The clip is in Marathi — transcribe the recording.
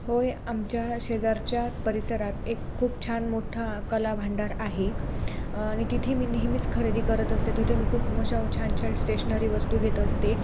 होय आमच्या शेजारच्या परिसरात एक खूप छान मोठा कला भांडार आहे आणि तिथे मी नेहमीच खरेदी करत असते तिथे मी खूप मशा छान छान स्टेशनरी वस्तू घेत असते